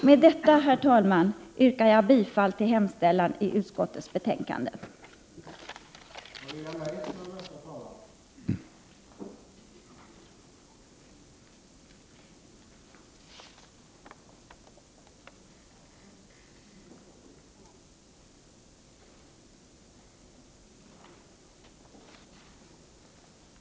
Med detta, herr talman, yrkar jag bifall till hemställan i utrikesutskottets betänkande 7.